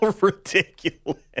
ridiculous